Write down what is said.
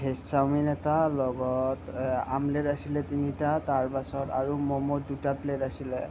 veg chowmein এটা লগত omelette আছিলে তিনিটা তাৰপাছত আৰু ম'ম দুটা প্লেট আছিলে